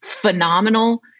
phenomenal